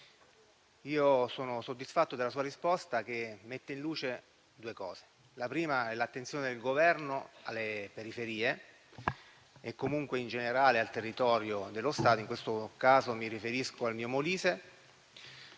io sono soddisfatto della sua risposta che mette in luce due punti. Il primo è l'attenzione del Governo alle periferie e comunque in generale al territorio dello Stato: in questo caso mi riferisco al mio Molise.